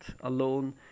alone